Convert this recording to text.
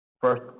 First